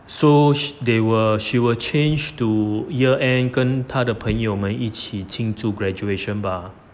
so they will she will change to year end 跟他的朋友们一起庆祝 graduation bah